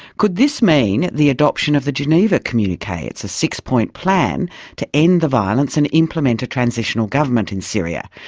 could this mean the adoption of the geneva communique? it's a six-point plan to end the violence and implement a transitional government in syria.